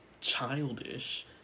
childish